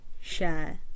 share